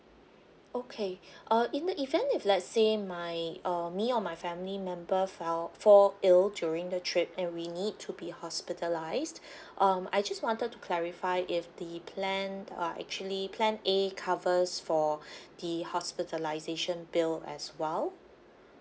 okay uh in the event if let's say my um me or my family member fell fall ill during the trip and we need to be hospitalised um I just wanted to clarify if the plan uh actually plan A covers for the hospitalisation bill as well